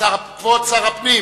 כבוד שר הפנים